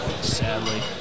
Sadly